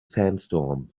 sandstorm